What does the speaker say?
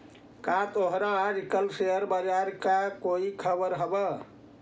का तोहरा आज कल शेयर बाजार का कोई खबर हवअ